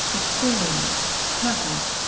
experience, purpose,